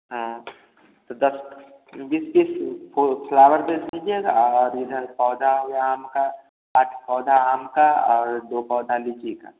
हाँ तो दस बीस तीस ठो फ्लावर दे दीजिएगा और इधर पौधा हो गया आम का आठ पौधा आम का और दो पौधा लीची का